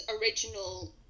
original